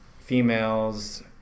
females